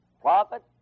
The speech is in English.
Prophet